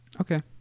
okay